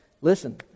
listen